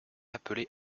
appelé